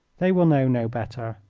they will know no better.